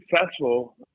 successful